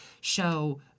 show